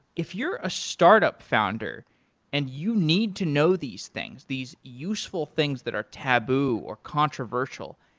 if you're a startup founder and you need to know these things, these useful things that are taboo or controversial,